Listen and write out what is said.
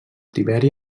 tiberi